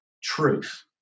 truth